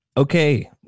Okay